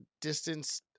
distance